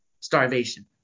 starvation